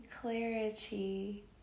clarity